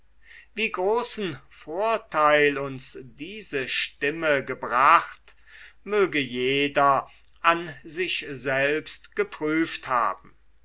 wie großen vorteil uns diese stimme gebracht möge jeder an sich selbst geprüft haben